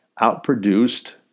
outproduced